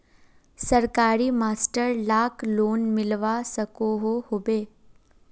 सरकारी मास्टर लाक लोन मिलवा सकोहो होबे?